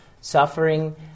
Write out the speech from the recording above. suffering